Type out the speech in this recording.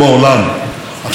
עכשיו, אני רוצה להגיד לכם,